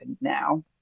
now